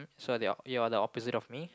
so they're you're the opposite of me